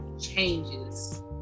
changes